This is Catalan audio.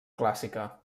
clàssica